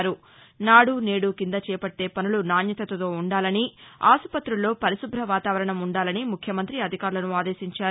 నాడు నేడు కింద చేపట్లే పనులు నాణ్యతతో ఉండాలని ఆసుపత్రుల్లో పరిశుభ్ర వాతావరణం ఉండాలని ముఖ్యమంత్రి అధికారులను ఆదేశించారు